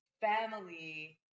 family